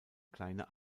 kleine